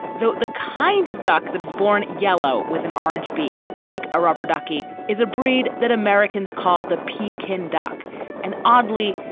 the the kind of duck that is born yellow with an orange beak like a rubber ducky is a breed that americans call the peking duck and oddly,